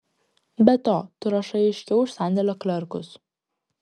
be to tu rašai aiškiau už sandėlio klerkus